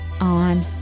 on